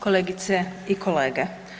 Kolegice i kolege.